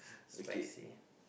spicy